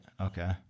okay